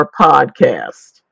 podcast